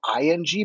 ING